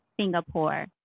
Singapore